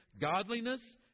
godliness